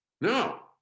No